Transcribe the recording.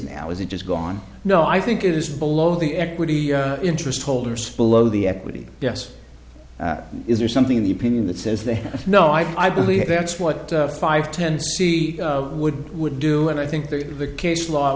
now is it just gone no i think it is below the equity interest holders below the equity yes is there something in the opinion that says they know i believe that's what five ten c would would do and i think that the case law